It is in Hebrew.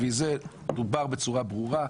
דובר בצורה ברורה.